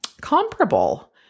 comparable